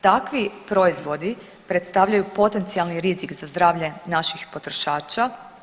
Takvi proizvodi predstavljaju potencijalni rizik za zdravlje naših potrošača.